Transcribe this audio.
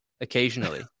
occasionally